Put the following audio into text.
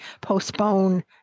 postpone